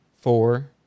four